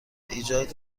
ایجاد